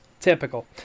typical